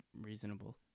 reasonable